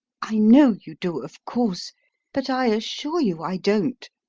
i know you do, of course but i assure you i don't.